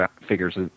figures